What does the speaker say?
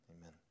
amen